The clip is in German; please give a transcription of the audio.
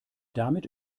damit